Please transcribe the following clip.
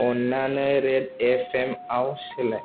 अन्नानै Red FM आव सोलाय